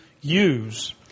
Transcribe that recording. use